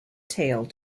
tale